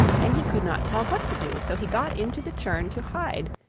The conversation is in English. then he could not tell what to do. so he got into the churn to hide,